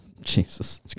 Jesus